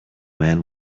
man